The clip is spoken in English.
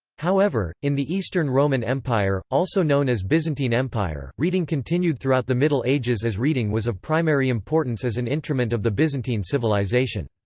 however, in the eastern roman empire, also known as byzantine empire, reading continued throughout the middle ages as reading was of primary importance as an intrument of the byzantine civilization.